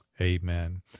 amen